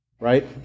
right